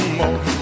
more